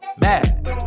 mad